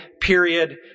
period